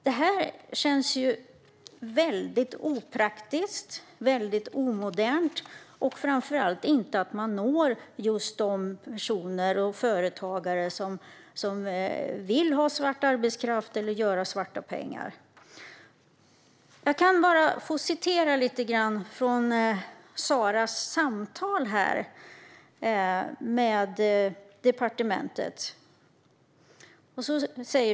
Det här känns opraktiskt och omodernt, och framför allt känns det inte som att man når just de personer och företagare som vill ha svart arbetskraft eller tjäna svarta pengar. Jag kan citera lite ur Saras konversation med departementet.